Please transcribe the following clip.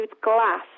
glass